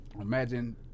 imagine